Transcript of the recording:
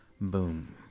Boom